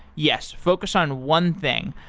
yes, focus on one thing.